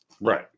Right